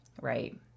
right